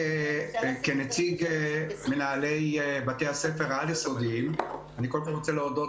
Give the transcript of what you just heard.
כנציג מנהלי בתי הספר העל-יסודיים אני קודם כול רוצה להודות